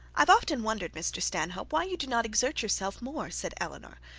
i have often wondered, mr stanhope, why you do not exert yourself more said eleanor,